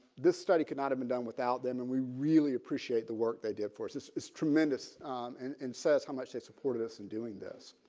this study could not have been done without them and we really appreciate the work they did for this is tremendous and and says how much they supported us in doing this.